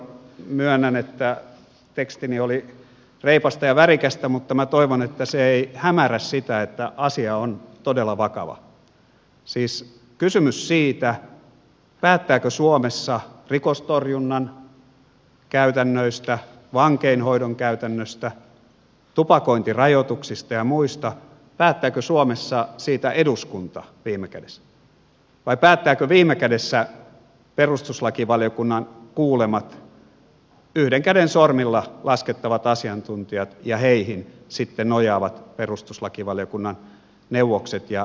myönnän että tekstini oli reipasta ja värikästä mutta minä toivon että se ei hämärrä sitä että asia on todella vakava siis kysymys siitä päättääkö suomessa rikostorjunnan käytännöistä vankeinhoidon käytännöistä tupakointirajoituksista ja muista eduskunta viime kädessä vai päättävätkö viime kädessä perustuslakivaliokunnan kuulemat yhden käden sormilla laskettavat asiantuntijat ja heihin sitten nojaavat perustuslakivaliokunnan neuvokset ja jäsenet